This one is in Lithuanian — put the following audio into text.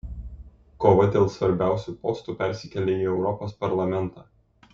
kova dėl svarbiausių postų persikelia į europos parlamentą